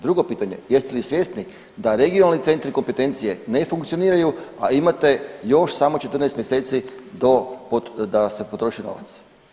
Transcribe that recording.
Drugo pitanje, jeste li svjesni da regionalni centri kompetencije ne funkcioniraju, a imate još samo 14 mjeseci do, da se potroši novac